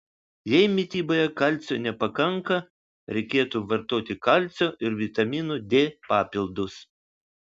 jei mityboje kalcio nepakanka reikėtų vartoti kalcio ir vitamino d papildus